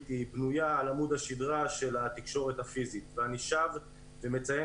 בנויה על עמוד השדרה של התקשורת הפיזית ואני שב ומציין